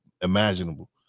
imaginable